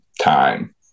time